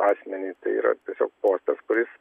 asmeniui tai yra tiesiog postas kuris